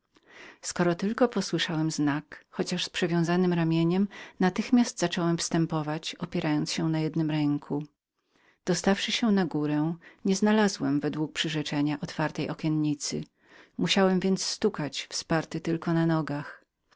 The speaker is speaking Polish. skoro tylko posłyszałem znak chociaż z przewiązanem ramieniem natychmiast zacząłem wstępować opierając się na jednem ręku dostawszy się na górę nie znalazłem według przyrzeczenia otwartej okiennicy ośmieliłem się więc stukać wsparty tylko na nogach